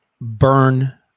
burn